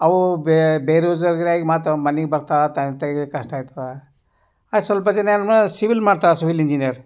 ಅವು ಬೆ ಬೇರೋಜ್ಗಾರ್ಗಿರಾಗಿ ಮತ್ತವು ಮನಿಗೆ ಬರ್ತಾವ ಟೈಮ್ ತೆಗಿಯಕ್ಕೆ ಕಷ್ಟ ಆಯ್ತದೆ ಆ ಸ್ವಲ್ಪ ಜನ ಏನು ಮಾಡ ಸಿವಿಲ್ ಮಾಡ್ತರೆ ಸಿವಿಲ್ ಇಂಜಿನಿಯರ್